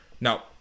now